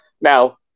Now